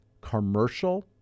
commercial